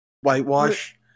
whitewash